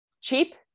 Cheap